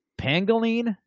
Pangolin